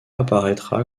apparaîtra